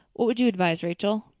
what would you advise, rachel?